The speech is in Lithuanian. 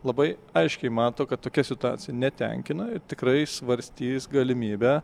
labai aiškiai mato kad tokia situacija netenkina ir tikrai svarstys galimybę